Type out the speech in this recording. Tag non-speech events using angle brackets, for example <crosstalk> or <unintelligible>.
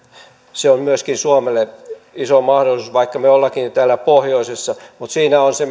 se on myöskin suomelle iso mahdollisuus vaikka me olemmekin täällä pohjoisessa mutta siinä se <unintelligible>